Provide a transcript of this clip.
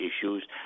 issues